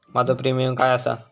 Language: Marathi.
माझो प्रीमियम काय आसा?